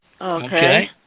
Okay